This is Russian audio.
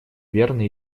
верно